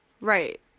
Right